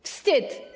Wstyd.